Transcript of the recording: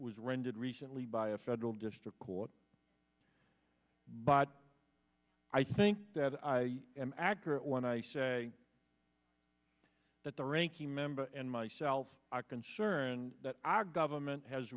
was rendered recently by a federal district court but i think that i am accurate when i say that the ranking member and myself are concerned that our government has